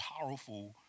powerful